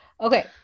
Okay